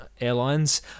airlines